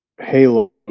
Halo